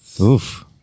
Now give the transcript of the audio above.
Oof